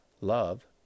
love